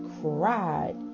cried